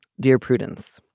dear prudence.